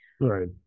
Right